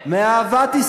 להפך,